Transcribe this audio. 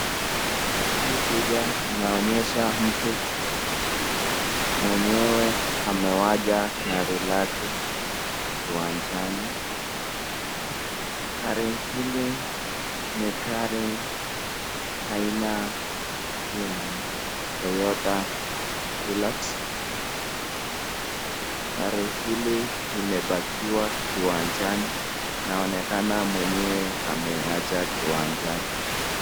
Hii picha inaonyesha mtu mwenyewe amewacha gari lake kiwanjani, gari hili ni gari aina ya Toyota Hilux, gari hili limepakiwa kiwanjani inaonekana mwenyewe ameacha kiwanjani.